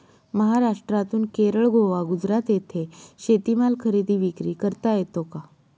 महाराष्ट्रातून केरळ, गोवा, गुजरात येथे शेतीमाल खरेदी विक्री करता येतो का?